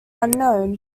unknown